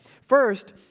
First